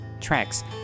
tracks